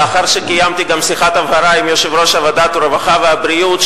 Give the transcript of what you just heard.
לאחר שקיימתי גם שיחת הבהרה עם יושב-ראש ועדת הרווחה והבריאות,